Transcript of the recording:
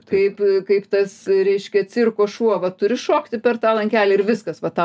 kaip kaip tas reiškia cirko šuo va turi šokti per tą lankelį ir viską va tą